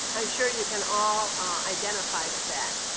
i'm sure you can all identify with that.